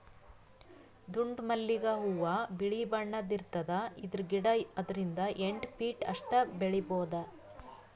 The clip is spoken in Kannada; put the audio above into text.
ದುಂಡ್ ಮಲ್ಲಿಗ್ ಹೂವಾ ಬಿಳಿ ಬಣ್ಣದ್ ಇರ್ತದ್ ಇದ್ರ್ ಗಿಡ ಆರರಿಂದ್ ಎಂಟ್ ಫೀಟ್ ಅಷ್ಟ್ ಬೆಳಿಬಹುದ್